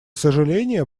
сожаление